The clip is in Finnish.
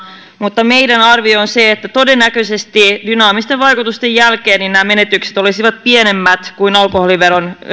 mutta meidän arviomme on se että todennäköisesti dynaamisten vaikutusten jälkeen nämä menetykset olisivat pienemmät kuin alkoholiveron